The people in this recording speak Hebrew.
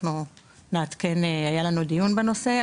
היה לנו דיון בנושא,